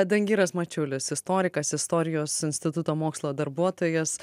dangiras mačiulis istorikas istorijos instituto mokslo darbuotojas